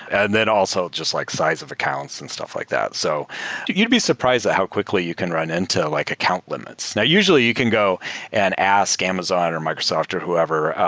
and then also just like size of accounts and stuff like that. so you'd be surprised at how quickly you can run into like account limits. now usually you can go and ask amazon or microsoft or whoever,